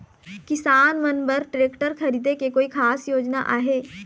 किसान मन बर ट्रैक्टर खरीदे के कोई खास योजना आहे?